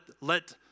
let